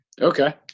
Okay